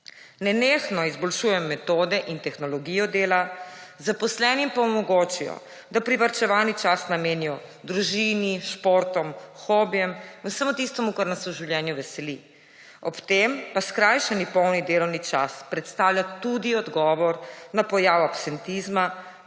nenehno izboljšuje metode in tehnologijo dela, zaposlenim pa omogočijo, da privarčevani čas namenijo družini, športom, hobijem vsemu tistemu, kar nas v življenju veseli. Ob tem pa skrajšani polni delovni čas predstavlja tudi odgovor na pojave absentizma,